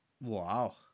Wow